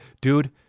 dude